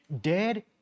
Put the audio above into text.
dead